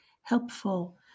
helpful